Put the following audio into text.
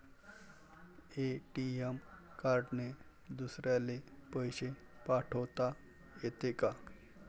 ATM कार्डने दुसऱ्याले पैसे पाठोता येते का?